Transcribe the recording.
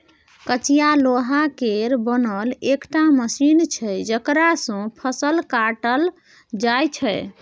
कचिया लोहा केर बनल एकटा मशीन छै जकरा सँ फसल काटल जाइ छै